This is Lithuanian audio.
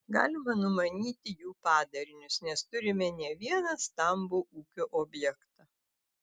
galima numanyti jų padarinius nes turime ne vieną stambų ūkio objektą